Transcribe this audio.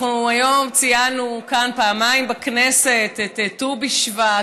היום ציינו כאן פעמיים בכנסת את ט"ו בשבט,